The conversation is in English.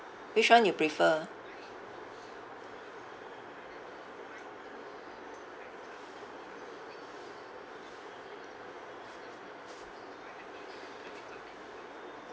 which one you prefer ah